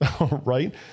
right